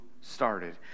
started